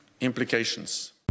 implications